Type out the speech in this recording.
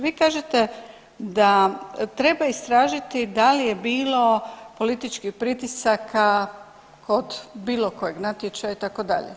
Vi kažete da treba istražiti da li je bilo političkih pritisaka kod bilo kojeg natječaja itd.